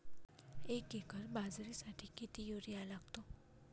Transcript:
एक एकर बाजरीसाठी किती युरिया लागतो?